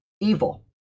evil